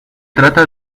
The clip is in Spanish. trata